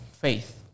faith